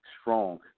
strong